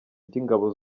by’ingabo